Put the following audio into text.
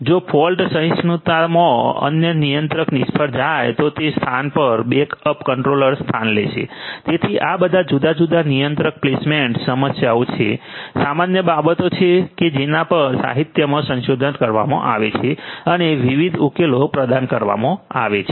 જો ફોલ્ટ સહિષ્ણુતામાં મુખ્ય નિયંત્રક નિષ્ફળ જાય તો તે સ્થાન પર બેકઅપ કંટ્રોલર સ્થાન લેશે તેથી આ બધા જુદા જુદા નિયંત્રક પ્લેસમેન્ટ સમસ્યાઓ એ સામાન્ય બાબતો છે કે જેના પર સાહિત્યમાં સંશોધન કરવામાં આવે છે અને વિવિધ ઉકેલો પ્રદાન કરવામાં આવે છે